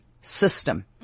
system